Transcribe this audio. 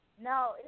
No